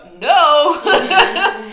No